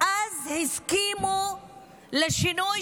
אז הסכימו לשינוי